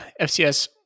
FCS